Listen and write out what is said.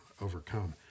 overcome